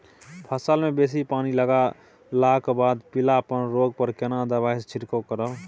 फसल मे बेसी पानी लागलाक बाद पीलापन रोग पर केना दबाई से छिरकाव करब?